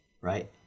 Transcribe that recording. right